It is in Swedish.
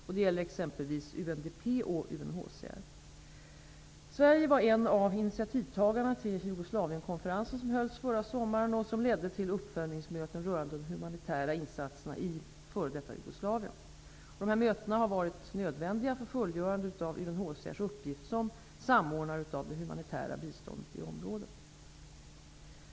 Detta gäller exempelvis UNDP och Sverige var en av initiativtagarna till Jugoslavienkonferensen som hölls förra sommaren och som ledde till uppföljningsmöten rörande de humanitära insatserna i f.d. Jugoslavien. Dessa möten har varit nödvändiga för fullgörandet av UNHCR:s uppgift som samordnare av det humanitära biståndet i området.